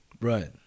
Right